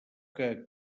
que